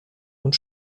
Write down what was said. und